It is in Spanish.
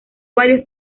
varios